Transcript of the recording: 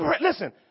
Listen